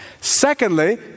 Secondly